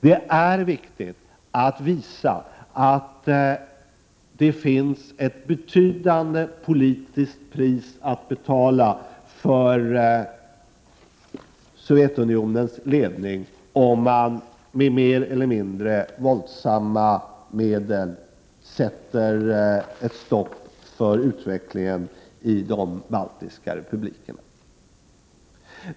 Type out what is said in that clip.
Det är viktigt att visa att Sovjetledningen har ett betydande politiskt pris att betala om den med mer eller mindre våldsamma medel sätter stopp för utvecklingen i de baltiska republikerna.